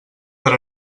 per